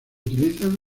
utilizan